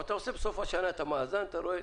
אבל אתה עושה בסוף השנה את המאזן ואתה רואה,